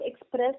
express